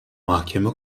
mahkeme